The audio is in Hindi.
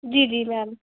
जी जी मेम